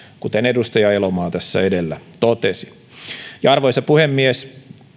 kuten edustaja elomaa tässä edellä totesi arvoisa puhemies